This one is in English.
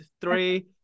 three